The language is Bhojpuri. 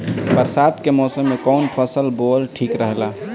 बरसात के मौसम में कउन फसल बोअल ठिक रहेला?